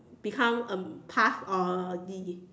become a pass or a D